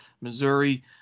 Missouri